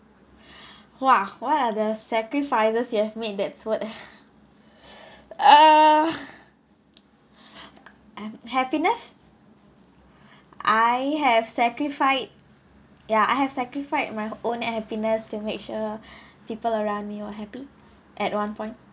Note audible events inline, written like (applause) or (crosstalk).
!wah! what are the sacrifices you have made that's what (breath) ah happiness I have sacrificed ya I have sacrifice my own happiness to make sure people around me were happy at one point